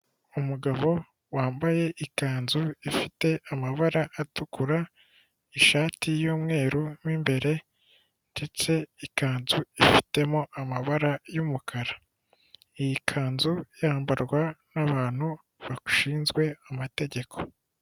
Umugabo wambaye ikanzu ifite amabara atukura ishati y'umweru mo imbere ndetse, ikanzu ifitemo amabara y'umukara iyi kanzu yambarwa n'abantu bashinzwe amategeko.